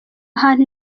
hantu